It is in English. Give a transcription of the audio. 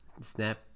Snap